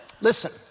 listen